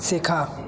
শেখা